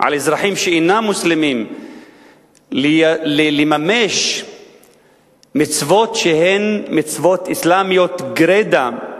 על אזרחים שאינם מוסלמים לממש מצוות שהן מצוות אסלאמיות גרידא,